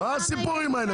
תגידי לי, מה הסיפורים האלה?